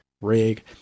rig